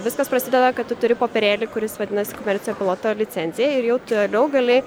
viskas prasideda kad tu turi popierėlį kuris vadinasi komercinio piloto licencija ir jau toliau gali